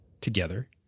together